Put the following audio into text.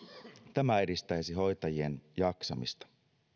tämä edistäisi hoitajien jaksamista